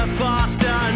faster